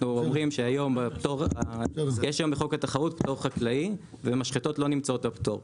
יש היום בחוק החקלאות פטור חקלאי ומשחטות לא נמצאות בפטור,